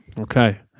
Okay